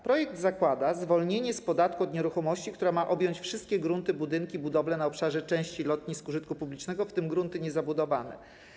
Projekt zakłada zwolnienie z podatku od nieruchomości, które ma objąć wszystkie grunty, budynki i budowle na obszarze części lotnisk użytku publicznego, w tym grunty niezabudowane.